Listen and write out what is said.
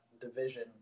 division